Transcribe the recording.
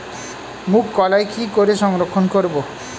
মুঘ কলাই কি করে সংরক্ষণ করব?